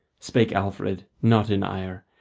spake alfred not in ire,